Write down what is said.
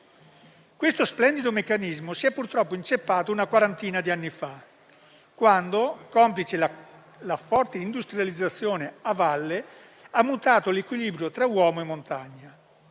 Questo splendido meccanismo si è purtroppo inceppato una quarantina d'anni fa, quando la forte industrializzazione a valle ha mutato l'equilibrio tra uomo e montagna.